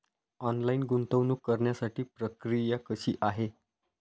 Online गुंतवणूक करण्यासाठी प्रक्रिया कशी आहे?